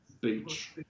beach